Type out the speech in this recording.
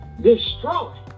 Destroy